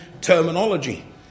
terminology